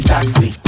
Taxi